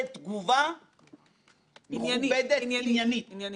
אמרתי לא אחת שאני חושבת שאנחנו צריכים לשקול את זה ברצינות רבה מאוד.